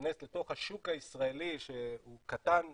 להיכנס לתוך השוק הישראלי שהוא קטן ומצומצם,